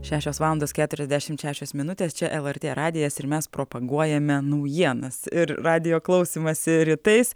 šešios valandos keturiasdešimt šešios minutės čia lrt radijas ir mes propaguojame naujienas ir radijo klausymąsi rytais